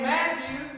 Matthew